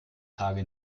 tage